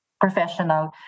professional